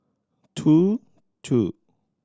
two two